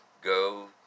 go